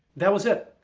that was it.